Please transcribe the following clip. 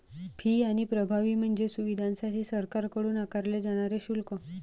fee आणि प्रभावी म्हणजे सुविधांसाठी सरकारकडून आकारले जाणारे शुल्क